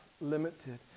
limited